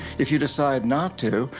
if you decide not to,